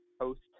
post